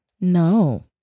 no